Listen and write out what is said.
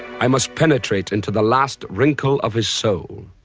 i must penetrate into the last wrinkle of his soul.